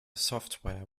software